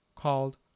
called